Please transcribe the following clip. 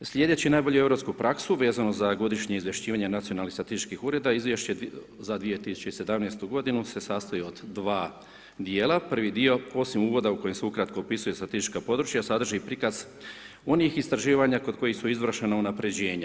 Slijedeći najbolju europsku praksu vezano za godišnje izvješćivanje nacionalnih statističkih ureda, izvješće za 2017. g. se sastoji od dva djela, prvi dio osim uvoda kojim s ukratko opisuje statistička područja, sadrži prikaz onih istraživanja kod kojih su izvršena unaprjeđenja.